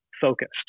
focused